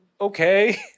Okay